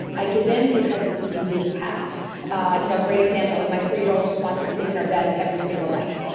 i give in because it's the easiest path ah you know great example, my three year old just wants to sleep in our bed every single night.